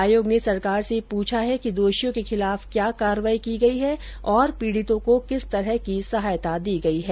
आयोग ने सरकार से पूछा है कि दोषियों के खिलाफ क्या कार्रवाई की गयी है और पीडितों को किस तरह की सहायता दी गयी है